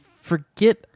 forget